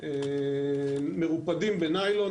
מרופדים בניילון,